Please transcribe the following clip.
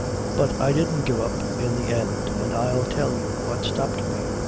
but i didn't give up in the end, and i'll tell you what stopped me.